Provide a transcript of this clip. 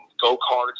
go-karts